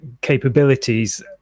capabilities